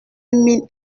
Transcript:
mille